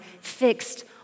fixed